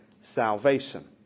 salvation